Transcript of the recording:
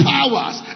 Powers